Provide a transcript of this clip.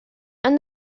and